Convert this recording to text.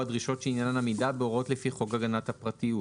דרישות שעניינן עמידה בהוראות לפי חוק הגנת הפרטיות.